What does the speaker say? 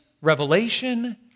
revelation